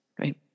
right